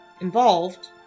involved